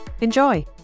Enjoy